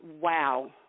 wow